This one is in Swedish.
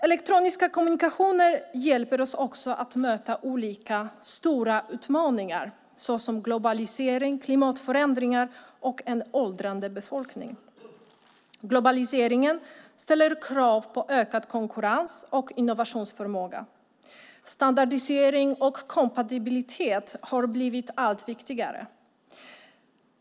Elektroniska kommunikationer hjälper oss också att möta olika stora utmaningar, till exempel globalisering, klimatförändringar och en åldrande befolkning. Globaliseringen ställer krav på ökad konkurrens och innovationsförmåga. Standardisering och kompatibilitet har blivit allt viktigare.